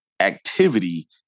Activity